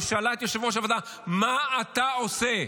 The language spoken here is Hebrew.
ושאלה את יושב-ראש הוועדה: מה אתה עושה?